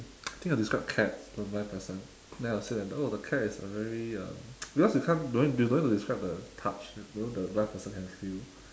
I think I will describe cat to a blind person then I will say that oh the cat is a very um because you can't don't need you don't need to describe the touch because blind people can feel